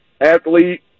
athlete